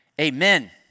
amen